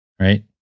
right